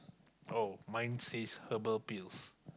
oh mine says herbal pills